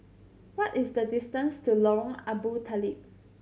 what is the distance to Lorong Abu Talib